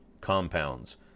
compounds